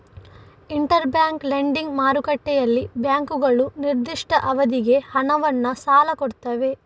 inter bank lending ಮಾರುಕಟ್ಟೆಯಲ್ಲಿ ಬ್ಯಾಂಕುಗಳು ನಿರ್ದಿಷ್ಟ ಅವಧಿಗೆ ಹಣವನ್ನ ಸಾಲ ಕೊಡ್ತವೆ